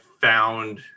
found